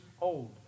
old